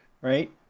Right